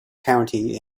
county